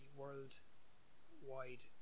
worldwide